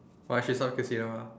why she